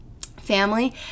family